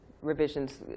revisions